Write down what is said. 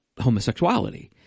homosexuality